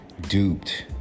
duped